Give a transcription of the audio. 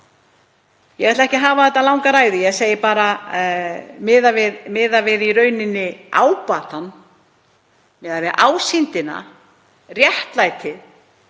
Ég ætla ekki að hafa þetta langa ræðu, ég segi bara: Miðað við ábatann, miðað við ásýndina, réttlætið